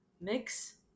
mix